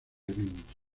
evento